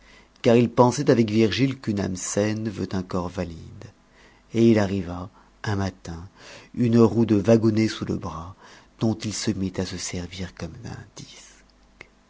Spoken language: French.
car il pensait avec virgile qu'une âme saine veut un corps valide et il arriva un matin une roue de wagonnet sous le bras dont il se mit à se servir comme d'un